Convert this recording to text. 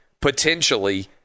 potentially